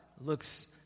looks